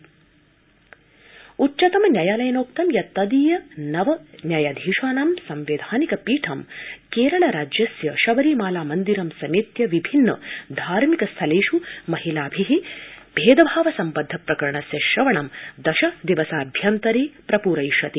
उच्च्तम न्यायालय शबरीमाला उच्चतम न्यायालयेनोक्तं यत् तदीय नव न्यायाधीशानां संवैधानिक पीठं केरलस्य शबरीमाला मन्दिरं समेत्य विभिन्न धार्मिक स्थलेष् महिलाभि भेदभाव सम्बद्ध प्रकरणस्य श्रवणं दश दिवसाभ्यन्तरे प्रपूरयिष्यति